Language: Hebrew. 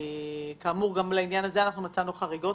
גם לעניין הזה מצאנו חריגות.